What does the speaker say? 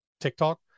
TikTok